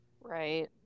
Right